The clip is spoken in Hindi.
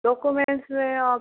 डॉक्युमेंट्स में आप